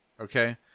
okay